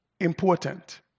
important